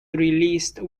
released